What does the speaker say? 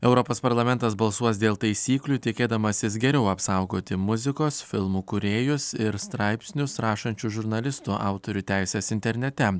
europos parlamentas balsuos dėl taisyklių tikėdamasis geriau apsaugoti muzikos filmų kūrėjus ir straipsnius rašančių žurnalistų autorių teises internete